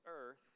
earth